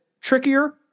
trickier